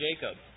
Jacob